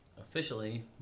officially